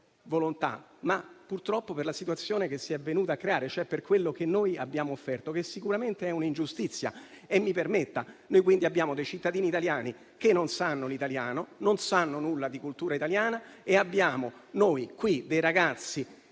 volontà, ma purtroppo per la situazione che si è venuta a creare, cioè per quello che noi abbiamo offerto, che sicuramente è un'ingiustizia. Abbiamo quindi cittadini italiani che non sanno l'italiano e non sanno nulla di cultura italiana, mentre qui abbiamo ragazzi,